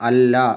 അല്ല